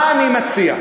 מה אני מציע?